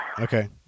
Okay